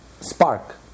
spark